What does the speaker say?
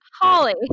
Holly